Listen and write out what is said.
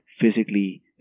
physically